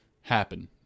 happen